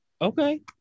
Okay